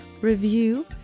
review